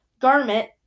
garment